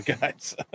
guys